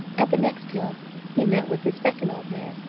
at the next hill he met with the second old man,